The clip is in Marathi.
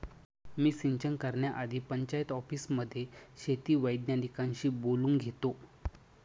मी सिंचन करण्याआधी पंचायत ऑफिसमध्ये शेती वैज्ञानिकांशी बोलून घेतो